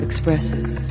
expresses